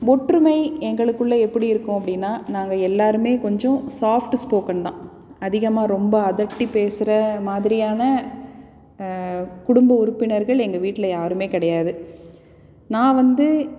ஒற்றுமை எங்களுக்குள்ளே எப்படி இருக்கும் அப்படினா நாங்கள் எல்லாருமே கொஞ்சம் சாஃப்ட் ஸ்போக்கன்தான் அதிகமாக ரொம்ப அதட்டி பேசறமாதிரியான குடும்ப உறுப்பினர்கள் எங்கள் வீட்டில் யாரும் கிடையாது நான் வந்து